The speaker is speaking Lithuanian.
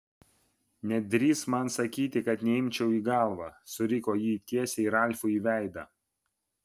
nedrįsk man sakyti kad neimčiau į galvą suriko ji tiesiai ralfui į veidą